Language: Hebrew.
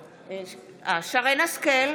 השכל,